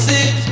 Six